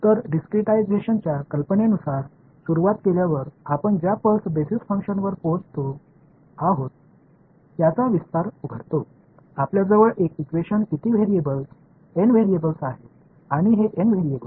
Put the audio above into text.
तर डिस्क्रिटाईझेशनच्या कल्पनेपासून सुरुवात केल्यावर आपण ज्या पल्स बेसिस फंक्शनवर पोहोचलो आहोत त्याचा विस्तार उघडतो आपल्याजवळ एक इक्वेशन किती व्हेरिएबल्स एन व्हेरिएबल्स आहेत आणि हे एन व्हेरिएबल्स